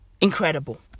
Incredible